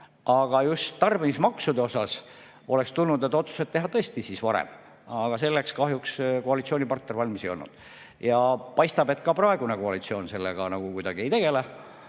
Aga just tarbimismaksude kohta oleks tulnud need otsused teha tõesti varem, aga selleks kahjuks koalitsioonipartner valmis ei olnud. Paistab, et ka praegune koalitsioon sellega ei tegele.